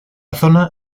zona